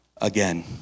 again